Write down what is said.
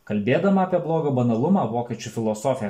kalbėdama apie blogio banalumą vokiečių filosofė